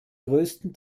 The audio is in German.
größten